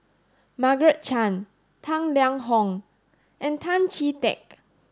Margaret Chan Tang Liang Hong and Tan Chee Teck